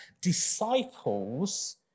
disciples